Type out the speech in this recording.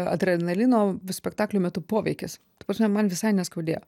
adrenalino spektaklio metu poveikis ta prasme man visai neskaudėjo